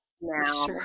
now